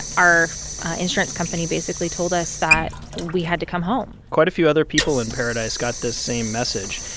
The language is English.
our insurance company basically told us that we had to come home quite a few other people in paradise got the same message.